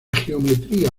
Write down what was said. geometría